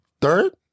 Third